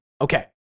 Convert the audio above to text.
Okay